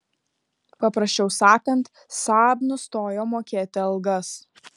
paprasčiau sakant saab nustojo mokėti algas